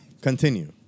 Continue